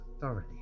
thoroughly